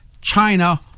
China